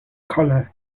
color